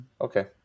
Okay